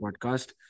podcast